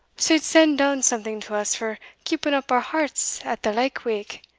suld send doun something to us for keeping up our hearts at the lykewake,